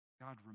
God